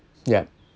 yup